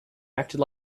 acted